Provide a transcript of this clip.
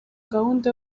gahunda